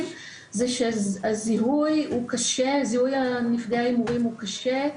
הוא שזיהוי נפגעי ההימורים הוא קשה.